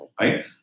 right